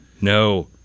No